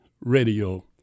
radio